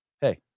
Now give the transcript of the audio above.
hey